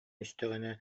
истэҕинэ